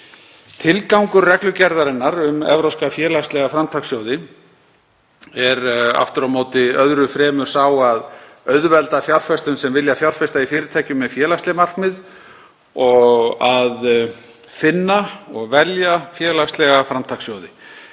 Tilgangur reglugerðarinnar um evrópska félagslega framtakssjóði er aftur á móti öðru fremur sá að auðvelda fjárfestum sem vilja fjárfesta í fyrirtækjum með félagsleg markmið að finna og velja félagslega framtakssjóði.